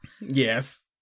Yes